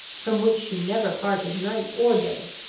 from which she never parted night or day,